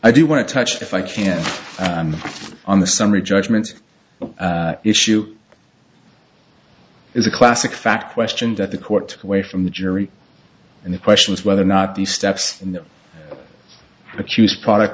i do want to touch if i can on the summary judgment issue is a classic fact question that the court took away from the jury and the question is whether or not the steps in the accused product